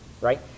right